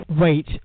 Wait